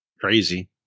Crazy